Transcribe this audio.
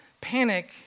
Panic